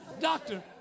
doctor